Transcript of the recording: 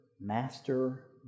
Master